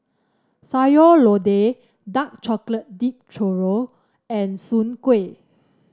Sayur Lodeh Dark Chocolate Dip Churro and Soon Kuih